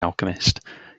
alchemist